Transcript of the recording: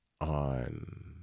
on